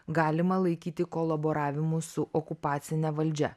galima laikyti kolaboravimu su okupacine valdžia